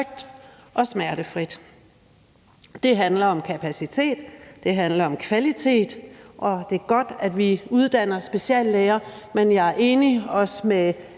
og smertefrit. Det handler om kapacitet, det handler om kvalitet; og det er godt, at vi uddanner speciallæger, men jeg er enig, også med